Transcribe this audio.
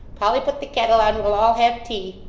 polly put the kettle on we'll all have tea